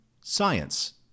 Science